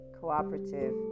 cooperative